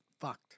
Fucked